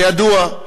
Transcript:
זה ידוע,